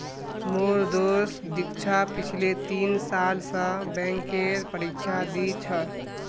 मोर दोस्त दीक्षा पिछले तीन साल स बैंकेर परीक्षा दी छ